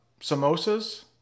samosas